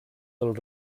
del